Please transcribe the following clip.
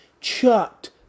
chucked